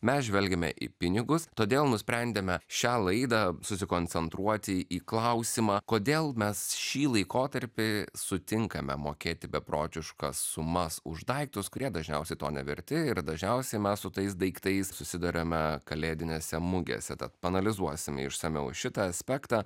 mes žvelgiame į pinigus todėl nusprendėme šią laidą susikoncentruoti į klausimą kodėl mes šį laikotarpį sutinkame mokėti beprotiškas sumas už daiktus kurie dažniausiai to neverti ir dažniausiai mes su tais daiktais susiduriame kalėdinėse mugėse tad paanalizuosim išsamiau šitą aspektą